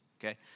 Okay